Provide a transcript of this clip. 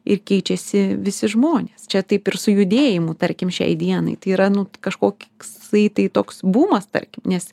ir keičiasi visi žmonės čia taip ir su judėjimų tarkim šiai dienai tai yra nu kažkoki saitai toks bumas tarkim nes